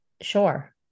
sure